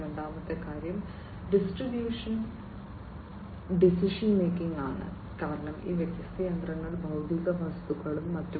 രണ്ടാമത്തെ കാര്യം distribution decision making ആണ് കാരണം ഈ വ്യത്യസ്ത യന്ത്രങ്ങൾ ഭൌതിക വസ്തുക്കളും മറ്റും